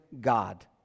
God